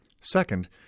Second